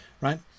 right